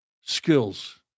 skills